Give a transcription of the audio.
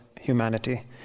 humanity